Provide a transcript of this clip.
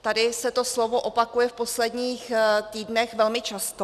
Tady se to slovo opakuje v posledních týdnech velmi často.